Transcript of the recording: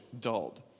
dulled